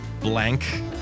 Blank